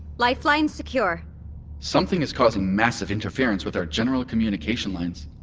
lifeline secure something is causing massive interference with our general communication lines.